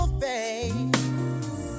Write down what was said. face